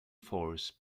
force